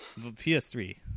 ps3